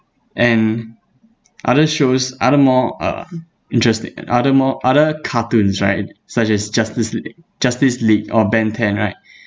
and other shows other more uh interesti~ other more other cartoons right such as justice lea~ justice league or ben ten right